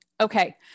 Okay